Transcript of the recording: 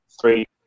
three